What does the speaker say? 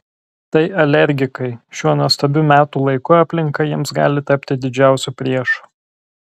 tai alergikai šiuo nuostabiu metų laiku aplinka jiems gali tapti didžiausiu priešu